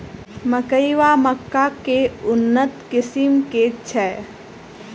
मकई वा मक्का केँ उन्नत किसिम केँ छैय?